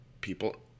people